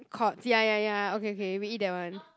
called ya ya ya okay okay we eat that [one]